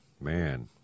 man